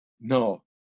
no